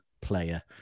player